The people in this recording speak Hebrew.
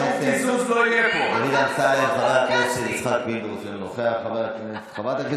דודי אמסלם, אינו נוכח, יצחק פינדרוס, אינו